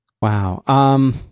Wow